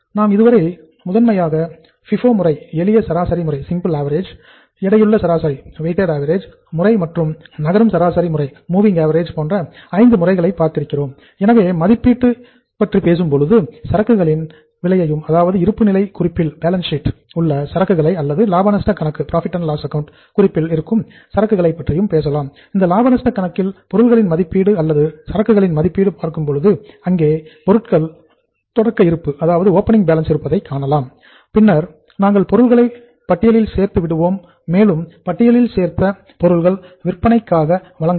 நாம் இதுவரை முதன்மையாக FIFO முறை சிம்பிள் ஆவரேஜ் இருப்பதை காணலாம் பின்னர் நாங்கள் பொருள்களை பட்டியலில் சேர்த்து விடுவோம் மேலும் பட்டியலில் சேர்த்த பொருள்கள் விற்பனைக்காக வழங்கப்படும்